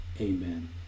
amen